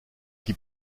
qui